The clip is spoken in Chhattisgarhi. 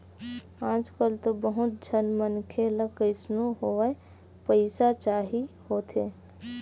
आजकल तो बहुत झन मनखे ल कइसनो होवय पइसा चाही होथे